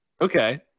Okay